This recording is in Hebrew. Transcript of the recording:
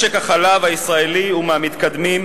משק החלב הישראלי הוא מהמתקדמים,